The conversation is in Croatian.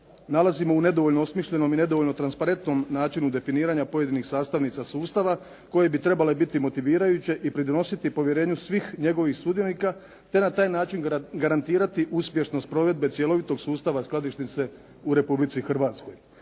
nalazimo u nedovoljno osmišljenom i nedovoljno transparentnom načinu definiranja pojedinih sastavnica sustava koje bi trebale biti motivirajuće i pridonositi povjerenju svih njegovih sudionika te na takav način garantirati uspješnost cjelovitog sustava skladišnice u Republici Hrvatskoj.